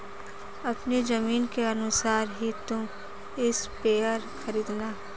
अपनी जमीन के अनुसार ही तुम स्प्रेयर खरीदना